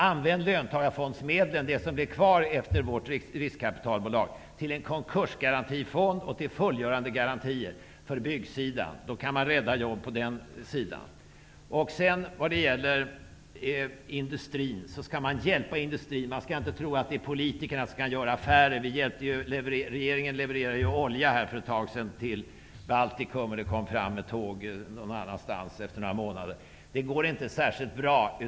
Använd löntagarfondsmedel -- det som blir kvar efter riskkapitalbolaget -- till en konkursgarantifond och fullgörandegarantier på byggsidan. Då kan man rädda jobb där. Industrin skall man hjälpa. Man skall inte tro att det är politikerna som skall göra affärer. Vi vet att regeringen levererade olja för ett tag sedan till Baltikum. Det kom fram någon annanstans efter några månader. Det går inte särskilt bra.